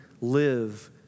live